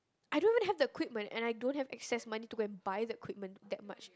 I don't even have the equipment and I don't have excess money to go and buy the equipment that much